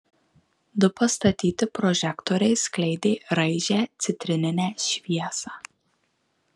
du pastatyti prožektoriai skleidė raižią citrininę šviesą